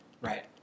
Right